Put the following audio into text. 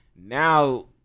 now